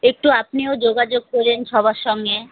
একটু আপনিও যোগাযোগ করেন সবার সঙ্গে